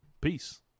Peace